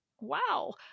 wow